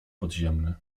podziemny